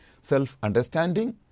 self-understanding